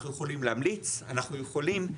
אנחנו יכולים להמליץ, אנחנו יכולים,